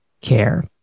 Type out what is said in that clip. care